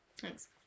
Thanks